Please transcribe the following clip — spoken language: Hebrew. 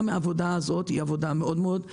גם העבודה הזאת מאוד קשה,